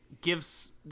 gives